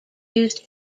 used